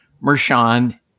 Mershon